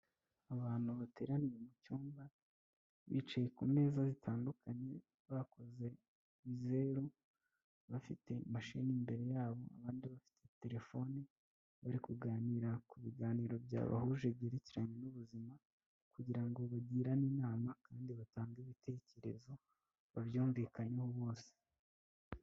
Abantu bateraniye mu cyumba bicaye ku meza zitandukanye bakoze zeru bafite imashini imbere yabo abandi bafite telefone, bari kuganira ku biganiro byabahuje byerekeranye n'ubuzima kugira ngo bagirane inama kandi batange ibitekerezo babyumvikanyeho bose.